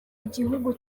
igihugu